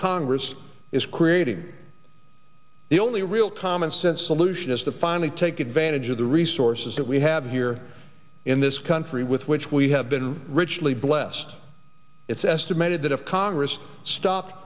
congress is creating the only real commonsense solution is to finally take advantage of the resources that we have here here in this country with which we have been richly blessed it's estimated that if congress stop